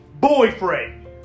Boyfriend